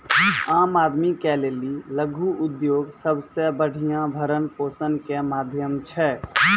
आम आदमी के लेली लघु उद्योग सबसे बढ़िया भरण पोषण के माध्यम छै